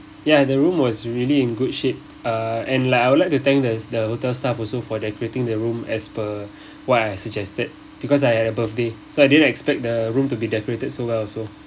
ya the room was really in good shape ah and like I would like to thank the the hotel staff also for decorating the room as per what I suggested because I had a birthday so I didn't expect the room to be decorated so well also